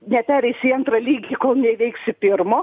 nepereisi į antrą lygį kol neįveiksi pirmo